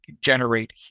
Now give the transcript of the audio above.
generate